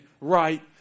right